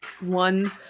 one